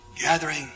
gathering